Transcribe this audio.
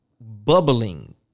bubbling